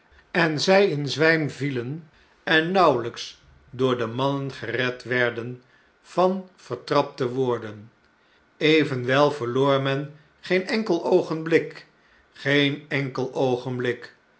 en zjj inzwym vielen en nauwelflks door de mannen gered wer den van vertrapt te worden evenwel verloor men geen enkel oogenblik geen enkel oogenblik